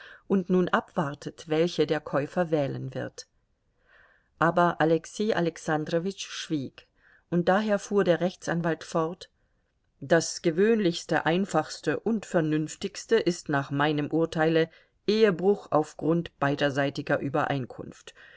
und nun abwartet welche der käufer wählen wird aber alexei alexandrowitsch schwieg und daher fuhr der rechtsanwalt fort das gewöhnlichste einfachste und vernünftigste ist nach meinem urteile ehebruch auf grund beiderseitiger übereinkunft